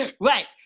Right